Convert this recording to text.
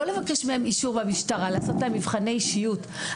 לא לבקש מהם אישור מהמשטרה לעשות להם מבחני אישיות.